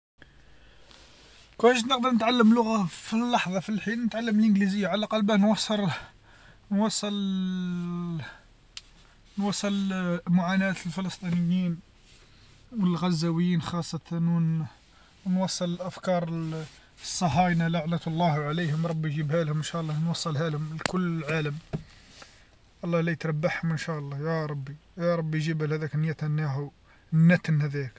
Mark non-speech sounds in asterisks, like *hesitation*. لوكان جيت نقدر نتعلم لغه في اللحظه في الحين نتعلم الإنجليزيه على الأقل باه نوصل، نوصل *hesitation* نوصل معاناة الفلسطينيين و غزووين خاصة و نوصل الأفكار الصهاينه لعنة الله عليهم ربي يجيبهالهم إنشاء الله نوصلهالهم الكل العالم الله لا تربحهم إنشاء الله يا ربي، يا ربي جيب هذاك نتنياهو نتن هذاك.